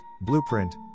Blueprint